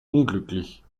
unglücklich